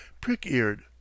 prick-eared